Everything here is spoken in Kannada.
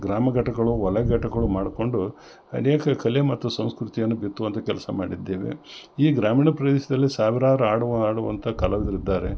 ಗ್ರಾಮ ಘಟಕ್ಗುಳು ವಲಯ ಘಟಕ್ಗುಳು ಮಾಡ್ಕೊಂಡು ಅನೇಕ ಕಲೆ ಮತ್ತು ಸಂಸ್ಕೃತಿಯನ್ನ ಬಿತ್ತುವಂಥ ಕೆಲಸ ಮಾಡಿದ್ದೇವೆ ಈ ಗ್ರಾಮಿಣ ಪ್ರದೇಶದಲ್ಲಿ ಸಾವಿರಾರು ಆಡುವ ಆಡುವಂಥ ಕಲಾವಿದರಿದ್ದಾರೆ